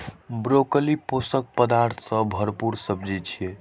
broccoli पोषक पदार्थ सं भरपूर सब्जी छियै